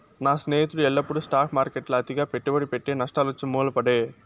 నా స్నేహితుడు ఎల్లప్పుడూ స్టాక్ మార్కెట్ల అతిగా పెట్టుబడి పెట్టె, నష్టాలొచ్చి మూల పడే